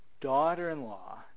daughter-in-law